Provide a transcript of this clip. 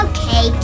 Okay